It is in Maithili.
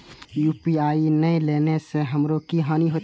यू.पी.आई ने लेने से हमरो की हानि होते?